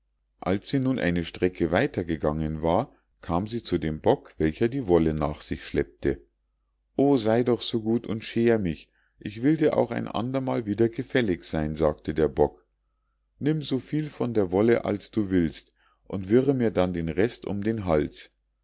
als sie nun eine strecke weiter gegangen war kam sie zu dem bock welcher die wolle nach sich schleppte o sei doch so gut und scher mich ich will dir auch ein andermal wieder gefällig sein sagte der bock nimm so viel von der wolle als du willst und wirre mir dann den rest um den hals